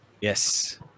Yes